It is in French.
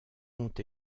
ont